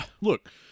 look